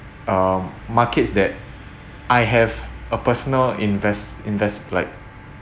uh markets that I have a personal invest invest like